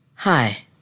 Hi